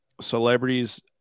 celebrities